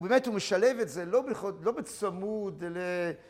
באמת הוא משלב את זה, ‫לא בכל.. לא בצמוד ל...